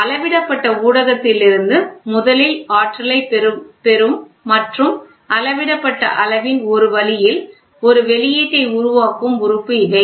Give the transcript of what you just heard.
அளவிடப்பட்ட ஊடகத்திலிருந்து முதலில் ஆற்றலைப் பெறும் மற்றும் அளவிடப்பட்ட அளவின் ஒரு வழியில் ஒரு வெளியீட்டை உருவாக்கும் உறுப்பு இவை